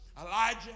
Elijah